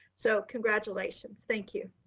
so congratulations. thank you.